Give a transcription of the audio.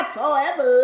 forever